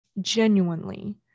genuinely